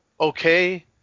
okay